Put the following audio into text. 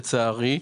לצערי,